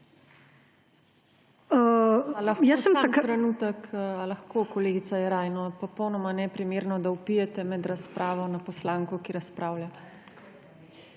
lahko, kolegica Jeraj, no? Popolnoma neprimerno, da vpijete med razpravo na poslanko, ki razpravlja.